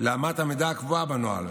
לאמת המידה הקבועה בנוהל,